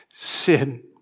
sin